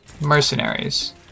mercenaries